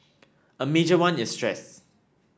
a major one is stress